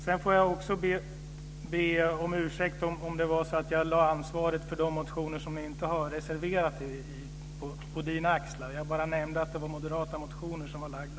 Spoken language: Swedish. Sedan får jag be om ursäkt om jag lade ansvaret för de motioner som ni inte har reserverat er för på Catharina Hagens axlar. Jag nämnde bara att det var moderata motioner som var lagda.